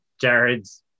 Jared's